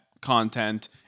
content